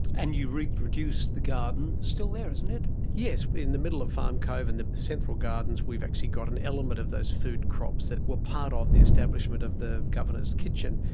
and you reproduced the garden. it's still there, isn't it? yes, in the middle of farm cove and the central gardens we've actually gotten an element of those food crops that were part of the establishment of the governor's kitchen.